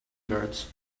guards